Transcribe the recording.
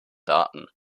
daten